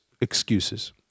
excuses